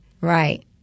Right